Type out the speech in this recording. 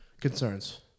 Concerns